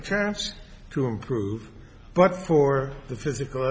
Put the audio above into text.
a chance to improve but for the physical